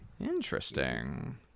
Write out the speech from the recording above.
Interesting